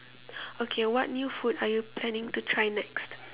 okay what new food are you planning to try next